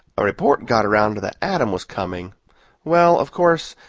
a report got around that adam was coming well, of course,